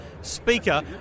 speaker